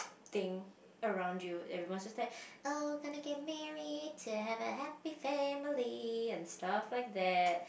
thing around you everyone's just like oh gonna get married to have happy family and stuff like that